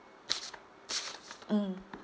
mm